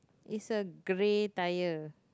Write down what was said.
is a grey tire